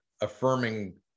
affirming